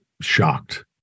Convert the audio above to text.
shocked